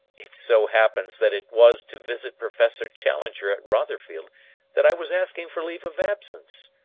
it so happens that it was to visit professor challenger at rotherfield that i was asking for leave of absence.